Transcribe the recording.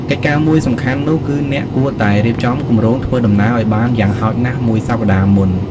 កិច្ចការមួយសំខាន់នោះគឺអ្នកគួរតែ រៀបចំគម្រោងធ្វើដំណើរឱ្យបានយ៉ាងហោចណាស់មួយសប្ដាហ៍មុន។